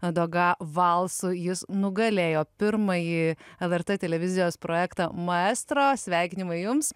adoga valsu jis nugalėjo pirmąjį lrt televizijos projektą maestro sveikinimai jums